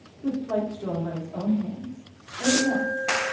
with plates drawn by his own hands and at last,